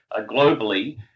globally